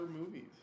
movies